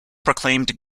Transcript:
proclaimed